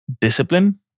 discipline